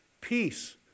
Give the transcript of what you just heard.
peace